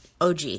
OG